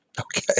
okay